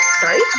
Sorry